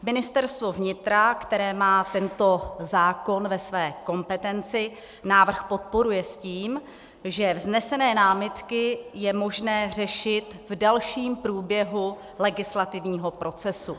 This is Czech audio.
Ministerstvo vnitra, které má tento zákon ve své kompetenci, návrh podporuje s tím, že vznesené námitky je možné řešit v dalším průběhu legislativního procesu.